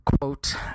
quote